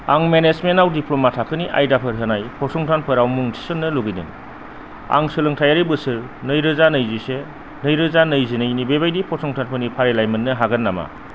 आं मेनेजमेन्टआव दिप्ल'मा थाखोनि आयदाफोर होनाय फसंथानफोराव मुं थिसन्नो लुगैदों आं सोलोंथायारि बोसोर नैरोजा नैजिसे नैरोजा नैजिनैनि बेबायदि फसंथानफोरनि फारिलाइ मोन्नो हागोन नामा